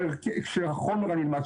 כשהחומר הנלמד,